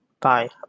Bye